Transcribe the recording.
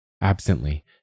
Absently